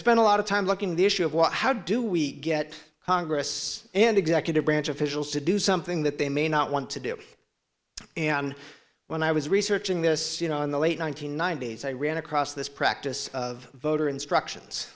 spent a lot of time looking the issue of what how do we get congress and executive branch officials to do something that they may not want to do and when i was researching this you know in the late one nine hundred ninety s i ran across this practice of voter instructions